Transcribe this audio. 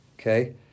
Okay